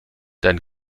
dein